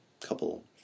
couple